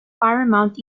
paramount